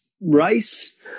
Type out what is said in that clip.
Rice